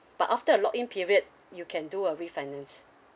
but after the lock in period you can do a refinance